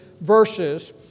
verses